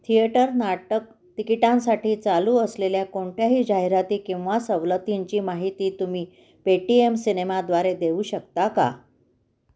theatre नाटक तिकिटांसाठी चालू असलेल्या कोणत्याही जाहिराती किंवा सवलतींची माहिती तुम्ही पेटीएम सिनेमाद्वारे देऊ शकता का